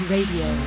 Radio